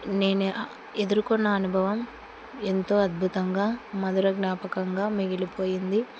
నేను ఎదుర్కొన్న అనుభవం ఎంతో అద్భుతంగా మధుర జ్ఞాపకంగా మిగిలిపోయింది